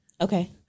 okay